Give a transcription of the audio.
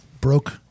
Broke